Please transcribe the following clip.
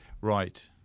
Right